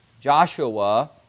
Joshua